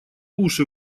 уши